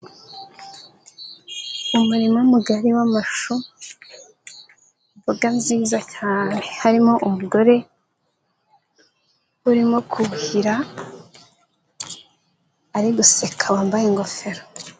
Umurima mugari w'amashu imboga nziza cyane, harimo umugore urimo kuhira, ari guseka wambaye ingofero.